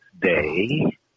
day